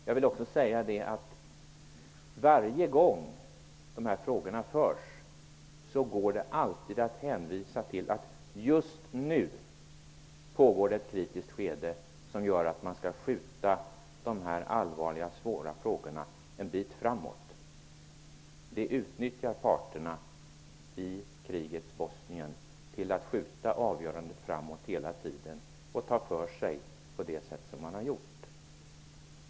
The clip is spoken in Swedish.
Jag vill också säga att varje gång dessa frågor diskuteras går det alltid att hänvisa till att just nu är det ett kritiskt skede som gör att man skall skjuta på de allvarliga, svåra frågorna litet framåt. Det utnyttjar parterna i krigets Bosnien till att hela tiden skjuta avgörandet framåt och ta för sig på det sätt man har gjort.